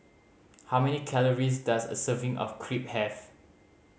how many calories does a serving of Crepe have